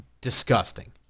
disgusting